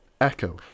Echo